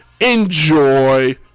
Enjoy